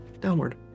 downward